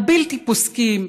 הבלתי-פוסקים,